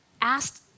asked